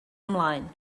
ymlaen